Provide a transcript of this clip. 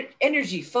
energy